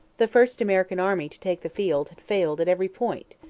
the first american army to take the field had failed at every point.